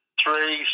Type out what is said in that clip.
three